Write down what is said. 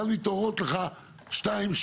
ואז מתעוררות לך שתיים,